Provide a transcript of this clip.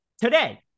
today